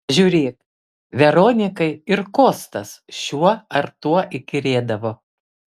žiūrėk veronikai ir kostas šiuo ar tuo įkyrėdavo